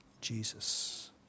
Jesus